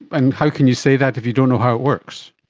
and how can you say that if you don't know how it works?